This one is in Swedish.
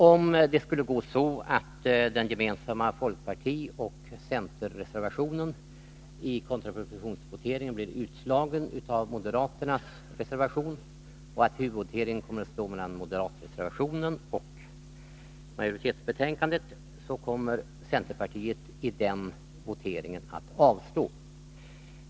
Om det skulle gå så att den gemensamma folkpartioch centerreservationen i kontrapropositionsvoteringen blir utslagen av moderaternas reservation och att huvudvoteringen kommer att stå mellan moderatreservationen och majoritetsbetänkandet, kommer centerpartiet att avstå i den voteringen.